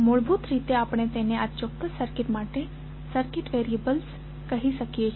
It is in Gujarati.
મૂળભૂત રીતે આપણે તેને આ ચોક્કસ સર્કિટ માટે સર્કિટ વેરીએબલ કહી શકીએ છીએ